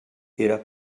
era